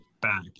back